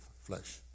flesh